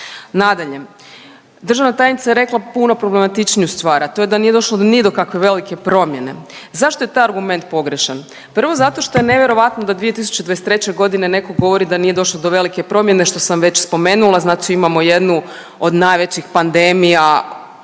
Nadalje, državna tajnice je rekla puno problematičniju stvar, a to je da nije došlo ni do kakve velike promjene. Zašto je taj argument pogrešan? Prvo, zato što je nevjerojatno da 2023. netko govori da nije došlo do velike promjene, što sam već spomenula, znači imamo jednu od najvećih pandemija,